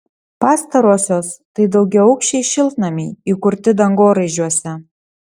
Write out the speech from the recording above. pastarosios tai daugiaaukščiai šiltnamiai įkurti dangoraižiuose